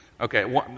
Okay